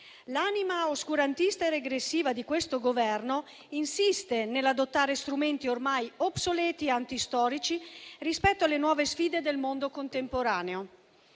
L'anima oscurantista e regressiva di questo Governo insiste nell'adottare strumenti ormai obsoleti e antistorici rispetto alle nuove sfide del mondo contemporaneo.